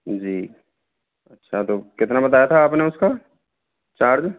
जी अच्छा तो कितना बताया था आपने उसका चार्ज